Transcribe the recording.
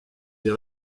des